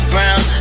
Brown